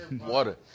water